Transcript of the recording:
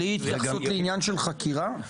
בלי התייחסות לעניין של חקירה?